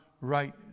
right